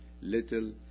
little